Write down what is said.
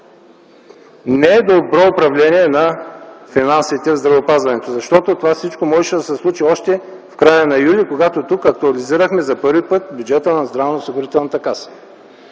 недобро управление на финансите в здравеопазването. Защото всичкото това можеше да се случи още в края на м. юли, когато актуализирахме за първи път бюджета на Здравноосигурителната каса.